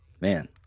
Man